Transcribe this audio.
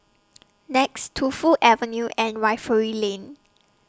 Nex Tu Fu Avenue and Refinery Lane